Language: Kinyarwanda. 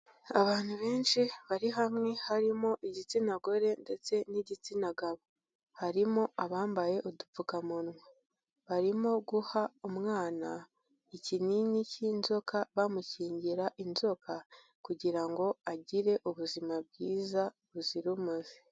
Abantu benshi bari hamwe harimo igitsina gore ndetse n'igitsina gabo. Harimo abambaye udupfukamunwa. Barimo guha umwana ikinini cy'inzoka bamukingira inzoka, kugira ngo agire ubuzima bwiza buzira umuze.